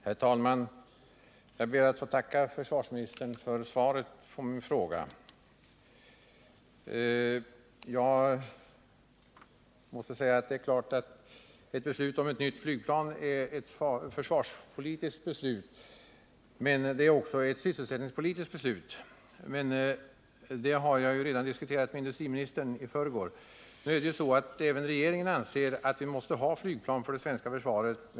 Herr talman! Jag ber att få tacka försvarsministern för svaret på min fråga. Ett beslut om ett nytt flygplan är ett försvarspolitiskt beslut, men det är också ett sysselsättningspolitiskt beslut. Detta diskuterade jag dock med industriministern redan i förrgår. Även regeringen anser att vi måste ha flygplan för det svenska försvaret.